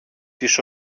της